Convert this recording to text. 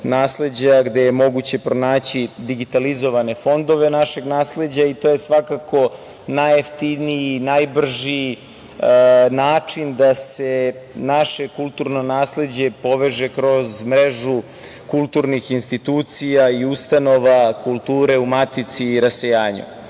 gde je moguće pronaći digitalizovane fondove našeg nasleđa i to je svakako najjeftiniji i najbrži način da se naše kulturno nasleđe poveže kroz mrežu kulturnih institucija i ustanova kulture u matici i rasejanju. Kada